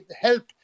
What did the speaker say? help